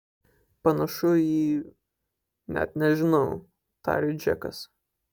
panašu į net nežinau tarė džekas